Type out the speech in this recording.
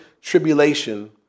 tribulation